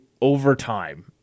overtime